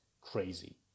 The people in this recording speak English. crazy